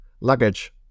Luggage